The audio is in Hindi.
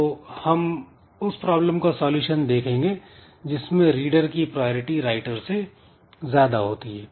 तो हम उस प्रॉब्लम का सॉल्यूशन देखेंगे जिसमें रीडर की प्रायरिटी राइटर से ज्यादा होती है